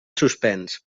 suspens